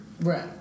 Right